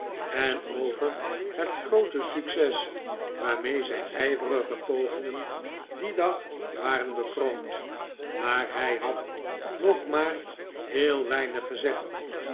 en over het groote succes waarmee zijn ijverige pogingen dien dag waren bekroond maar hij had nog maar heel weinig gezegd